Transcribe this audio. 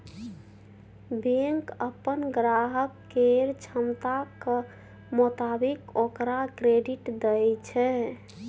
bank अप्पन ग्राहक केर क्षमताक मोताबिक ओकरा क्रेडिट दय छै